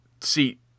seat